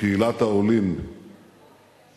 מקהילת העולים מאתיופיה.